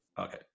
Okay